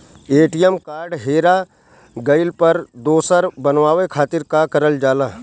ATM card हेरा गइल पर दोसर बनवावे खातिर का करल जाला?